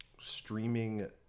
streaming